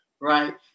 right